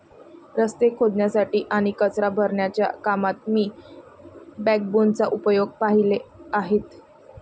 रस्ते खोदण्यासाठी आणि कचरा भरण्याच्या कामात मी बॅकबोनचा उपयोग पाहिले आहेत